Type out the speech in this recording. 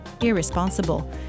irresponsible